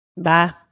bye